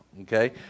okay